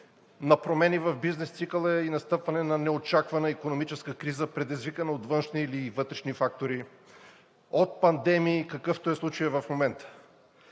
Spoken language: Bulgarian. на промени в бизнес цикъла и настъпване на неочаквана икономическа криза, предизвикана от външни или вътрешни фактори, от пандемии, какъвто е случаят в момента.